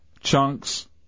Chunks